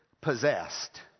possessed